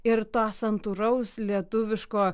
ir to santūraus lietuviško